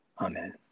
amen